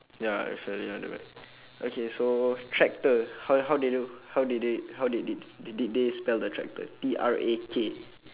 ya it's slightly on the back okay so tractor how how they do how did they how did did t~ did they spell the tractor T R A K